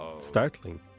startling